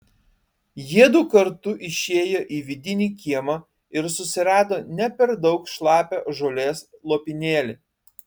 jiedu kartu išėjo į vidinį kiemą ir susirado ne per daug šlapią žolės lopinėlį